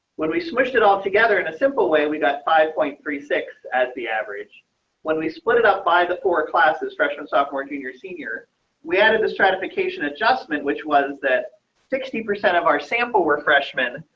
when we switched it all together in a simple way. we got five point three six as the average when we split it up by the four classes freshman, sophomore, junior, senior we added the stratification adjustment, which was that sixty percent of our sample were freshmen,